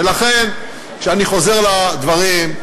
ולכן, כשאני חוזר לדברים,